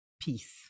peace